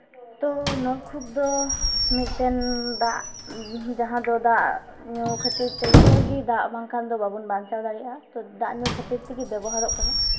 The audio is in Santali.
ᱛᱳ ᱱᱚᱞᱠᱩᱯ ᱫᱚ ᱢᱤᱫᱴᱮᱱ ᱫᱟᱜ ᱡᱟᱦᱟᱸ ᱫᱚ ᱫᱟᱜ ᱧᱩ ᱠᱷᱟᱹᱛᱤᱨ ᱛᱮ ᱡᱚᱛᱚ ᱦᱚᱲ ᱜᱮ ᱫᱟᱜ ᱵᱟᱝᱠᱷᱟᱱ ᱫᱚ ᱵᱟᱵᱚᱱ ᱵᱟᱧᱪᱟᱣ ᱫᱟᱲᱮᱭᱟᱜᱼᱟ ᱛᱳ ᱫᱟᱜ ᱫᱟᱜ ᱧᱩ ᱠᱷᱟᱹᱛᱤᱨ ᱛᱮᱜᱮ ᱵᱮᱵᱚᱦᱟᱨᱚᱜ ᱠᱟᱱᱟ